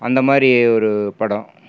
அந்த மாதிரி ஒரு படம்